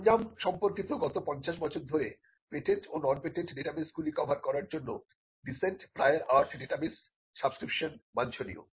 সরঞ্জাম সম্পর্কিত গত পঞ্চাশ বছর ধরে পেটেন্ট ও নন পেটেন্ট ডেটাবেসগুলি কভার করার জন্য decent prior art database subscription বাঞ্ছনীয়